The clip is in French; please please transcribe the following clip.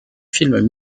films